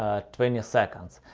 ah twenty seconds.